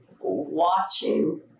watching